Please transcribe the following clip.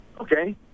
okay